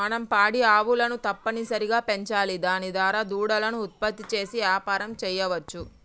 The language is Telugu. మనం పాడి ఆవులను తప్పనిసరిగా పెంచాలి దాని దారా దూడలను ఉత్పత్తి చేసి యాపారం సెయ్యవచ్చు